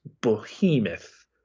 behemoth